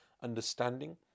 understanding